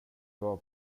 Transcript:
var